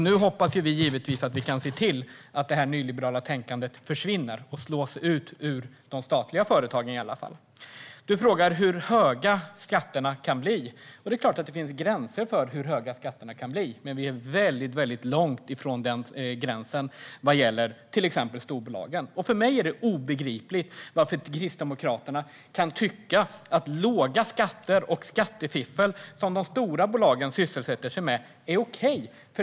Nu hoppas vi givetvis att vi kan se till att det nyliberala tänkandet försvinner och slås ut i alla fall ur de statliga företagen. Du frågar hur höga skatterna kan bli, Larry Söder. Det är klart att det finns gränser för hur höga skatterna kan bli, men vi är väldigt långt ifrån den gränsen vad gäller till exempel storbolagen. För mig är det obegripligt hur Kristdemokraterna kan tycka att låga skatter och skattefiffel som de stora bolagen sysselsätter sig med är okej.